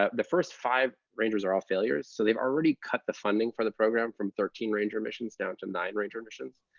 ah the first five rangers are all failures, so they've already cut the funding for the program from thirteen ranger missions down to nine ranger missions,